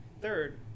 Third